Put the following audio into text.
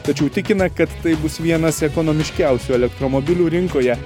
tačiau tikina kad tai bus vienas ekonomiškiausių elektromobilių rinkoje